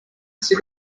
sit